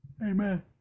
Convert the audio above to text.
Amen